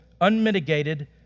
unmitigated